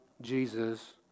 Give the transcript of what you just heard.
Jesus